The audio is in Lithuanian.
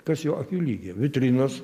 kas jo akių lygyje vitrinos